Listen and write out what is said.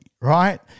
right